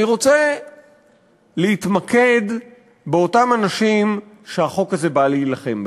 אני רוצה להתמקד באותם אנשים שהחוק הזה בא להילחם בהם.